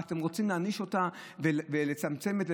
ואתם רוצים להעניש אותה ולצמצם ולא